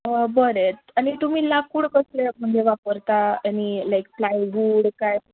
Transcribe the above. बरें आनी तुमी लाकूड कसलें म्हणजे वापरता आनी लायक प्लाय वूड काय